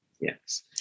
yes